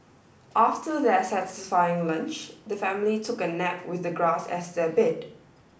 after their satisfying lunch the family took a nap with the grass as their bed